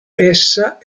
essa